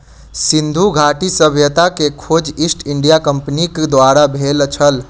सिंधु घाटी सभ्यता के खोज ईस्ट इंडिया कंपनीक द्वारा भेल छल